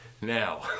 Now